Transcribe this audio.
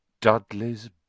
Dudley's